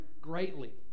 greatly